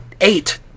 eight